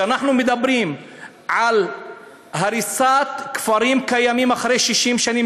כשאנחנו מדברים על הריסת כפרים קיימים אחרי 60 שנים,